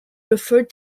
referred